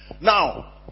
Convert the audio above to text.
Now